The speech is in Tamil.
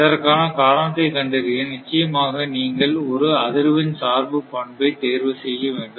இதற்கான காரணத்தை கண்டறிய நிச்சயமாக நீங்கள் ஒரு அதிர்வெண் சார்பு பண்பை தேர்வு செய்ய வேண்டும்